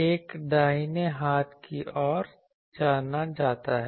यह दाहिने हाथ की ओर जाना जाता है